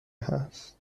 هست